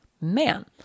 man